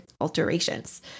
alterations